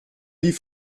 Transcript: wie